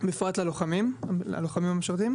בפרט ללוחמים המשרתים.